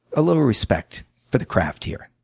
a little respect for the craft, here.